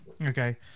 Okay